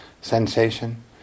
sensation